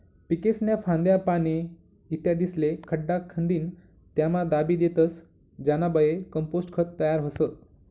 पीकेस्न्या फांद्या, पाने, इत्यादिस्ले खड्डा खंदीन त्यामा दाबी देतस ज्यानाबये कंपोस्ट खत तयार व्हस